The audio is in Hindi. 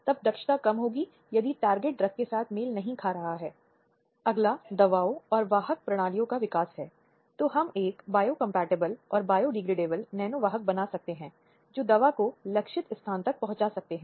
यह विशेष रूप से उन महिलाओं से संबंधित हैं जो वैवाहिक घरों में विवाहित हैं